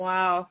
Wow